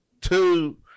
two